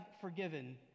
forgiven